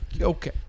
Okay